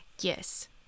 Yes